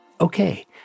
Okay